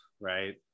right